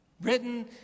written